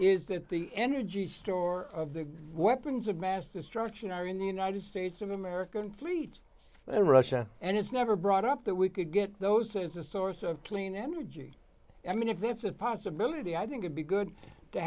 is there the energy store of the weapons of mass destruction are in the united states of american fleet in russia and it's never brought up that we could get those is a source of clean energy i mean if that's a possibility i think it be good to